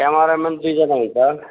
cameramen दुईजना हुन्छ